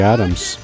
Adams